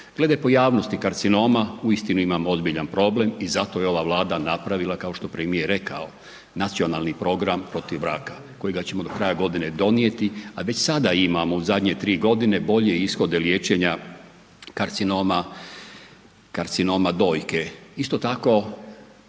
Glede pojavnosti karcinoma uistinu imamo ozbiljan problem i zato je ova Vlada napravila kao što je premijer rekao, nacionalni program .../Govornik se ne razumije./... kojega ćemo do kraja godine donijeti a već sada imamo u zadnje 3 g. bolje ishode liječenja karcinoma dojke. Isto tako